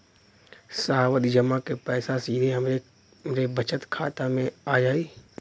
सावधि जमा क पैसा सीधे हमरे बचत खाता मे आ जाई?